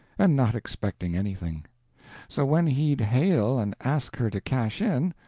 and not expecting anything so when he'd hail and ask her to cash in,